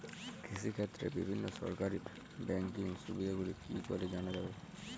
কৃষিক্ষেত্রে বিভিন্ন সরকারি ব্যকিং সুবিধাগুলি কি করে জানা যাবে?